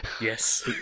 Yes